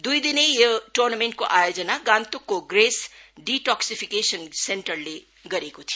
दुई दिने यो टुर्नामेन्ट को आयोजना गान्तोकको ग्रेस डिटोक्सिफिकेसन सेन्टरले गरेको थियो